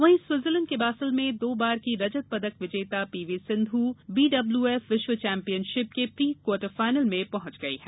वहीं स्विट्जरलैंड के बासेल में दो बार की रजत पदक विजेता पीवी सिंधू बीडब्ल्यूएफ विश्व चौंपियनशिप के प्री क्वाटरफायनल में पहॅच गई है